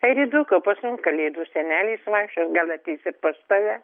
airiduk o pas mus kalėdų senelis vaikščios gal ateis ir pas tave